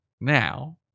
now